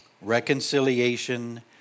Reconciliation